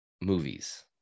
movies